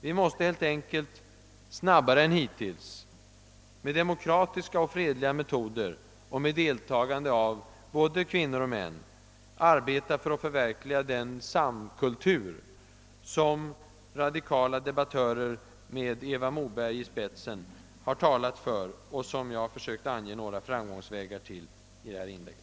Vi måste helt enkelt snabbare än hittills, med demokratiska och fredliga metoder och med deltagande av både kvinnor och män, arbeta för att förverkliga den »samkultur» som radikala debattörer med Eva Moberg i spetsen har talat för och som jag sökt ange några framgångsvägar till i detta inlägg.